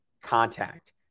contact